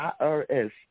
IRS